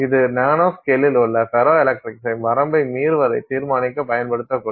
இது நானோஸ்கேலில் உள்ள ஃபெரோஎலக்ட்ரிக்ஸின் வரம்பை மீறுவதைத் தீர்மானிக்கப் பயன்படுத்தப்படும்